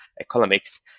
economics